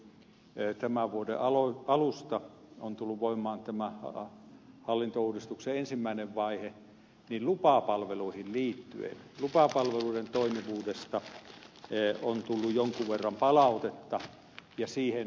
nyt kun tämän vuoden alusta on tullut voimaan tämä hallintouudistuksen ensimmäinen vaihe niin lupapalveluihin liittyen lupapalveluiden toimivuudesta on tullut jonkun verran palautetta